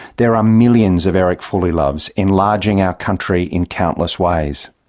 there are millions of eric fulliloves, enlarging our country in countless ways.